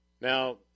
Now